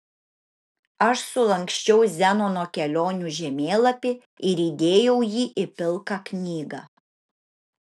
aš sulanksčiau zenono kelionių žemėlapį ir įdėjau jį į pilką knygą